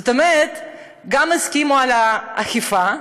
זאת אומרת, גם הסכימו על האכיפה,